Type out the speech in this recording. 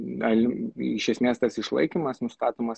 galim iš esmės tas išlaikymas nustatomas